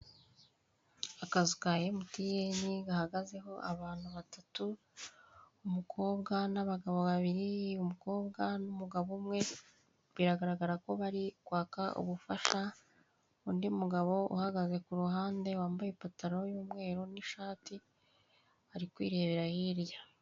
Akazu ka emutiyene gahagazeho abantu batatu umukobwa n'abagabo babiri; umukobwa n'umugabo umwe biragaragara ko bari kwaka ubufasha; undi mugabo uhagaze kuhande wambaye ipataro y'umweru n'ishati ari kwirebera hirya.